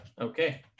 Okay